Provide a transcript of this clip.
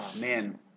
man